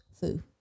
Fu